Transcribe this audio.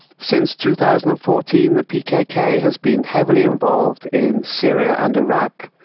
since two thousand and fourteen the pkk has been heavily involved in syria and iraq,